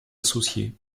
associés